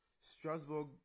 Strasbourg